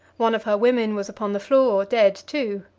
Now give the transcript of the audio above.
one of her women was upon the floor, dead too.